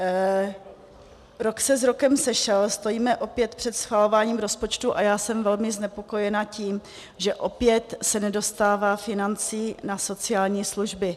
Rok se s rokem sešel, stojíme opět před schvalováním rozpočtu a já jsem velmi znepokojena tím, že opět se nedostává financí na sociální služby.